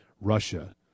Russia